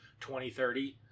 2030